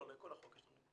לא, לכל החוק יש לי.